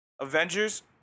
Avengers